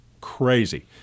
crazy